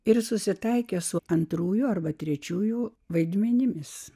ir susitaikę su antrųjų arba trečiųjų vaidmenimis